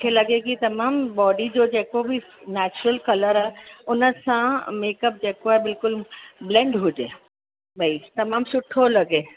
मूंखे लॻे की तमामु बॉडी जो जेको बि नेचुरल कलर आहे उनसां मेकअप जेको आहे बिल्कुल ब्लैंड हुजे भई तमामु सुठो लॻे